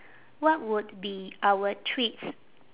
what would be our treats